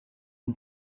une